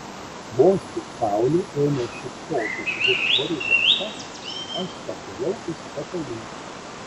vos tik saulė ėmė šypsotis virš horizonto aš pakilau iš patalų